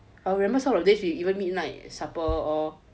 I remember some of the days we even midnight supper all